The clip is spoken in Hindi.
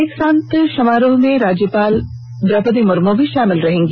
दीक्षांत समारोह में राज्यपाल द्रौपदी मुर्मू भी शामिल होंगी